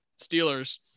Steelers